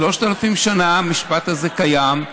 3,000 שנה המשפט הזה קיים.